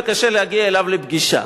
וקשה לי להגיע אליו לפגישה.